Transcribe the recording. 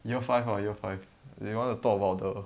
year five ah year five they want to talk about the